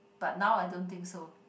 but now I don't think so